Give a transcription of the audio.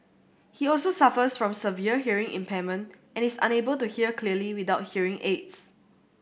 he also suffers from severe hearing impairment and is unable to hear clearly without hearing aids